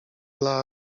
dla